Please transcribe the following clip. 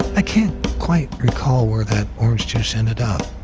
i can't quite recall where that orange juice ended up.